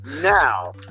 Now